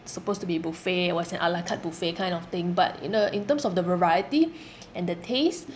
supposed to be buffet it was an ala carte buffet kind of thing but in the in terms of the variety and the taste